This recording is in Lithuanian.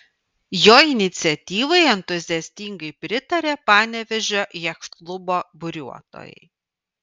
jo iniciatyvai entuziastingai pritarė panevėžio jachtklubo buriuotojai